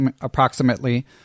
approximately